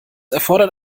erfordert